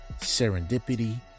serendipity